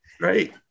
Right